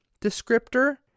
descriptor